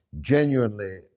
genuinely